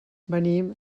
venim